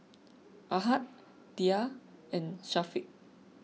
Ahad Dhia and Syafiq